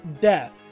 Death